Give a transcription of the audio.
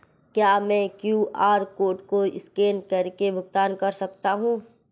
क्या मैं QR code को स्कैन करके भुगतान कर सकता हूं?